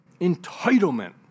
entitlement